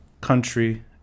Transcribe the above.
country